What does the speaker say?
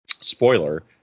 spoiler